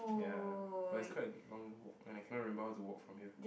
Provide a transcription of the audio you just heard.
ya but it's quite a long walk and I cannot remember how to walk from here